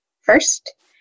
First